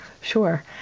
Sure